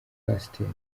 pasiteri